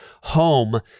home